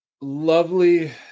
Lovely